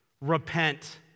Repent